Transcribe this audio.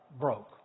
broke